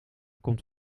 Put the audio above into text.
komt